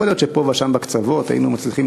יכול להיות שפה ושם בקצוות היינו מצליחים